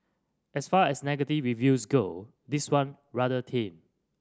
as far as negative reviews go this one rather tame